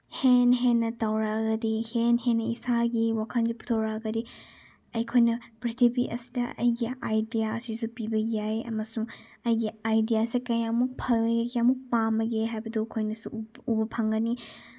ꯍꯦꯟꯅ ꯍꯦꯟꯅ ꯇꯧꯔꯛꯑꯒꯗꯤ ꯍꯦꯟꯅ ꯍꯦꯟꯅ ꯏꯁꯥꯒꯤ ꯋꯥꯈꯜꯁꯦ ꯄꯨꯊꯣꯔꯛꯑꯒꯗꯤ ꯑꯩꯈꯣꯏꯅ ꯄ꯭ꯔꯤꯊꯤꯕꯤ ꯑꯁꯤꯗ ꯑꯩꯒꯤ ꯑꯥꯏꯗꯤꯌꯥ ꯑꯁꯤꯁꯨ ꯄꯤꯕ ꯌꯥꯏ ꯑꯃꯁꯨꯡ ꯑꯩꯒꯤ ꯑꯥꯏꯗꯤꯌꯥꯁꯦ ꯀꯌꯥꯃꯨꯛ ꯐꯒꯦ ꯀꯌꯥꯃꯨꯛ ꯄꯥꯝꯕꯒꯦ ꯍꯥꯏꯕꯗꯨ ꯑꯩꯈꯣꯏꯅꯁꯨ ꯎꯕ ꯐꯪꯒꯅꯤ